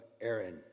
Aaron